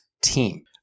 team